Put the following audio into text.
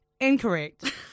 Incorrect